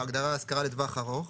בהגדרה "השכרה לטווח ארוך"